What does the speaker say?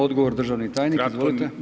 Odgovor državni tajnik.